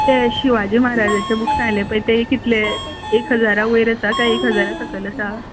ते शिवाजी म्हाराजाचे बुक्स सांगलें पळय ते कितले एक हजारा वयर आसा काय एक हजारा सकल आसा